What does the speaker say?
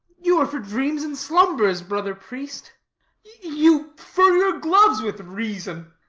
you are for dreams and slumbers, brother priest you fur your gloves with reason.